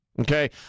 Okay